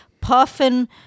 puffin